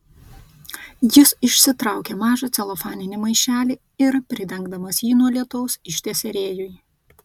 jis išsitraukė mažą celofaninį maišelį ir pridengdamas jį nuo lietaus ištiesė rėjui